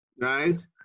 right